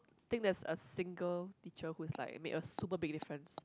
think there is a single teacher who is like make a super big difference